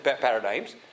paradigms